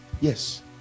Yes